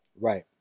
Right